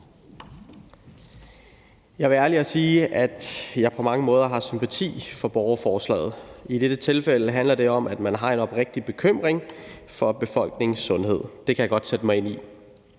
Jeg vil være ærlig og sige, at jeg på mange måder har sympati for borgerforslaget. I dette tilfælde handler det om, at man har en oprigtig bekymring for befolkningens sundhed. Det kan jeg godt sætte mig ind i.